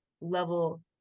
level